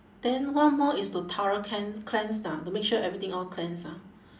then one more is to thorough cleanse cleanse ah to make sure everything all cleanse ah